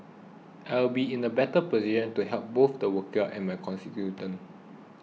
I will be in a better position to help both the workers and my constituents